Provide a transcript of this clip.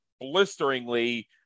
blisteringly